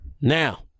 Now